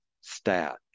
stat